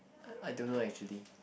I don't know actually